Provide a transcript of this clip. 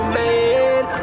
man